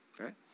Right